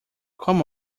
come